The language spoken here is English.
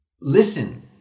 listen